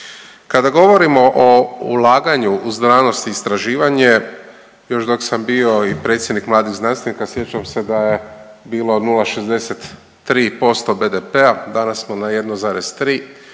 Kada govorimo o ulaganju u znanost i istraživanje još dok sam bio i predsjednik mladih znanstvenika sjećam se da je bilo od 0,63% BDP-a, danas smo na 1,3%